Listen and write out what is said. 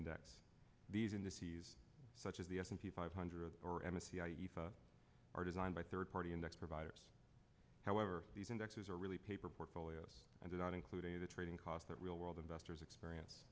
index these indices such as the s and p five hundred or m s c i eva are designed by third party index providers however these indexes are really paper portfolios and on including the trading costs that real world investors experience